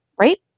Right